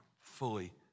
fully